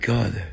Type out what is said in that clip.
God